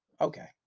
Okay